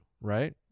Right